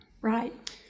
Right